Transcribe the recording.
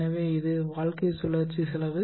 எனவே இது வாழ்க்கை சுழற்சி செலவு